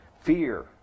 Fear